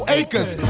acres